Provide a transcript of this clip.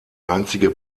einzige